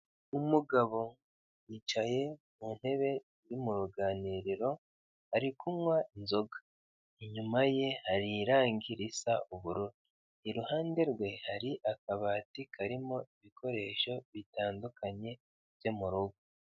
Umugabo yicaye mu ntebe iri mu ruganiriro ari kunywa inzoga nyuma ye hari irange risa ubururu, iruhande rwe hari akabati karimo ibikoresho bitandukanye byo mu rugo.